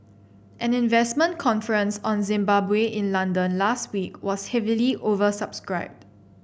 an investment conference on Zimbabwe in London last week was heavily oversubscribed